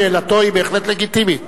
שאלתו בהחלט לגיטימית.